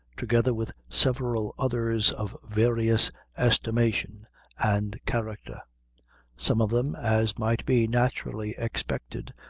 together with several others of various estimation and character some of them, as might be naturally expected,